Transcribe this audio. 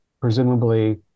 presumably